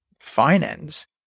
finance